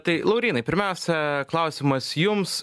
tai laurynai pirmiausia klausimas jums